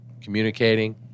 communicating